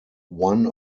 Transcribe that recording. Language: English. one